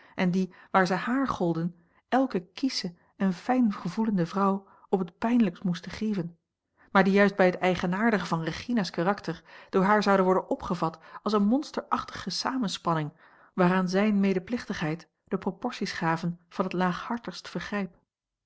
en die waar ze haar golden elke kiesche en fijngevoelende vrouw op het pijnlijkst moesten grieven maar die juist bij het eigenaardige van regina's karakter door haar zouden worden opgevat als eene monsterachtige samenspanning waaraan zijne medeplichtigheid de proporties gaven van het